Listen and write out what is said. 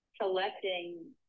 collecting